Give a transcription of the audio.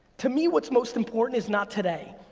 to me what's most important is not today.